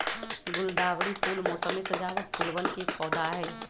गुलदावरी फूल मोसमी सजावट फूलवन के एक पौधा हई